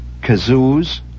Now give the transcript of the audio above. kazoos